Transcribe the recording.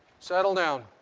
settle down.